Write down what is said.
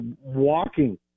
walking